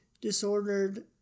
disordered